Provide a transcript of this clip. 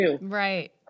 Right